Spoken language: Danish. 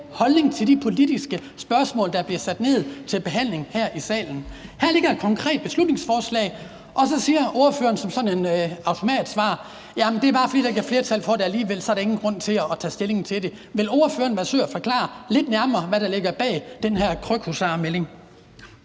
stilling til de politiske spørgsmål, der er blevet sat til behandling her i salen. Her ligger et konkret beslutningsforslag, og så siger ordføreren som sådan et automatsvar: Jamen det er bare, fordi der alligevel ikke er flertal for det, og så er der ingen grund til at tage stilling til det. Vil ordføreren være sød at forklare lidt nærmere, hvad der ligger bag den her krykhusarmelding?